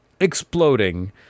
exploding